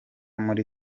muri